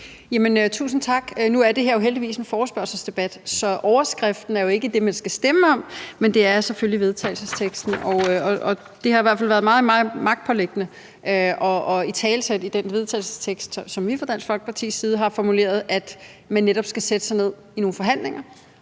Tusind tak. Nu er det her jo heldigvis en forespørgselsdebat, så overskriften er jo ikke det, man skal stemme om; det er selvfølgelig vedtagelsesteksten. Det har i hvert fald været mig meget magtpåliggende at italesætte i den vedtagelsestekst, som vi fra Dansk Folkepartis side har formuleret, at man netop skal sætte sig ned i nogle forhandlinger